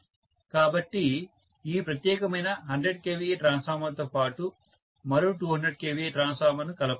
కాబట్టి ఈ ప్రత్యేకమైన 100 kVA ట్రాన్స్ఫార్మర్తో పాటు మరో 200 kVA ట్రాన్స్ఫార్మర్ ను కలపాలి